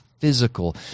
physical